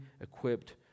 equipped